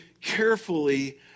carefully